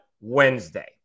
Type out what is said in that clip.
Wednesday